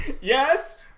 Yes